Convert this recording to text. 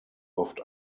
oft